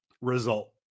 result